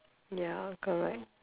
ya correct